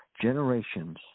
generations